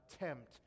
attempt